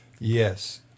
Yes